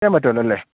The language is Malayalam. ോ പറ്റോളല്ലേ